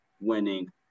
winning